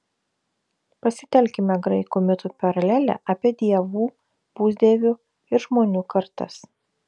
pasitelkime graikų mitų paralelę apie dievų pusdievių ir žmonių kartas